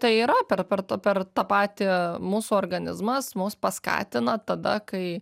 tai yra per per tą per tą patį mūsų organizmas mus paskatina tada kai